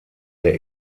der